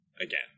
Again